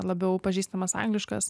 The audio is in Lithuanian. labiau pažįstamas angliškas